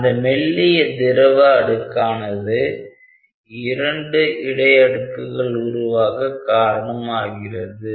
அந்த மெல்லிய திரவ அடுக்கானது இரண்டு இடை அடுக்குகள் உருவாக காரணமாகிறது